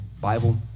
Bible